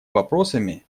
вопросами